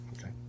okay